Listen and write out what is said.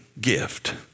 gift